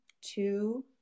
two